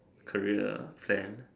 career fan